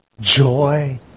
joy